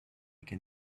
can